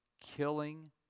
killing